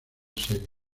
serie